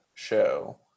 show